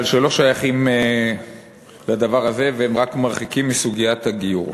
שלא שייכים לדבר הזה והם רק מרחיקים בסוגיית הגיור.